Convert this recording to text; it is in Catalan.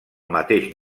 mateix